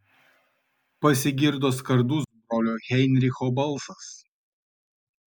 pasigirdo skardus brolio heinricho balsas